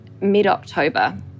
mid-October